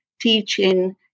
teaching